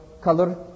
color